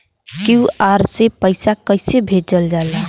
QR से पैसा कैसे भेजल जाला?